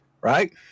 right